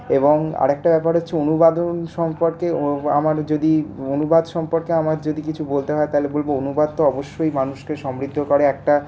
এবং আরেকটা ব্যাপার হচ্ছে অনুবাদন সম্পর্কে আমার যদি অনুবাদ সম্পর্কে আমার যদি কিছু বলতে হয় তাহলে বলবো অনুবাদ তো অবশ্যই মানুষকে সমৃদ্ধ করে একটা